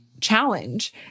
challenge